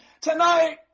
tonight